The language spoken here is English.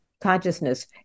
consciousness